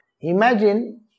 Imagine